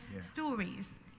stories